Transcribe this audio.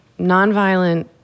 nonviolent